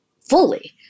fully